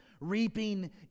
reaping